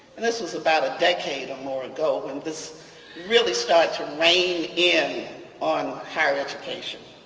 and this was about a decade or more ago when this really started to rein in on higher education,